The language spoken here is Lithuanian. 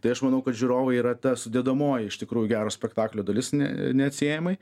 tai aš manau kad žiūrovai yra ta sudedamoji iš tikrųjų gero spektaklio dalis ne neatsiejamai